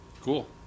Cool